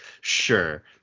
sure